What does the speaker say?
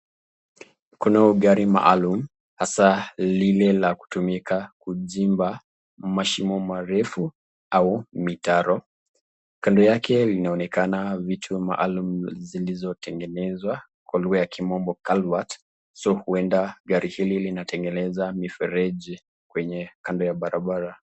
Kuna gari maalum hasa lile la kutumika kuchimba mashimo marefu au mitaro kando inaonekana vitu maalum zilizoyengeneswa kwa lugha ya kimombo galvant huenda gari hili linatengeneza mifereji kwenye kando ya barabara.